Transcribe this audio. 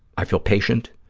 i feel patient.